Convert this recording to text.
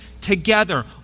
together